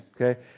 okay